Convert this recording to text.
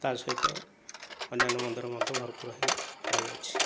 ତାରି ସହିତ ଅନ୍ୟାନ୍ୟ ମନ୍ଦିର ମଧ୍ୟ ଭରପୁର ହୋଇ ରହିଅଛି